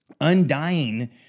undying